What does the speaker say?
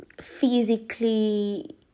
physically